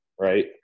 right